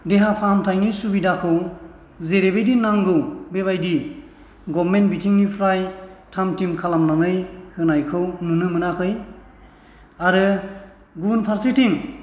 देहा फाहामथायनि सुबिदाखौ जेरैबायदि नांगौ बेबायदि गभर्नमेन्ट बिथिंनिफ्राय थाम थिम खालामनानै होनायखौ नुनो मोनाखै आरो गुबुन फारसेथिं